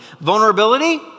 Vulnerability